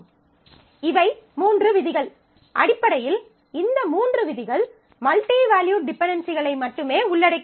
இவை 3 விதிகள் அடிப்படையில் இந்த மூன்று விதிகள் மல்டி வேல்யூட் டிபென்டென்சிகளை மட்டுமே உள்ளடக்கியது